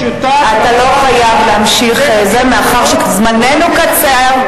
חבר הכנסת, אתה לא חייב להמשיך, מאחר שזמננו קצר.